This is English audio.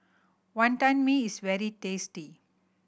Wantan Mee is very tasty